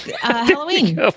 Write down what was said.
Halloween